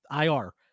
IR